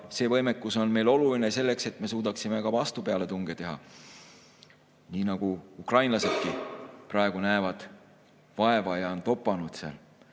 see võimekus on meile oluline selleks, et me suudaksime ka vastupealetunge teha. Ukrainlasedki praegu näevad vaeva ja on toppama